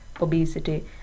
obesity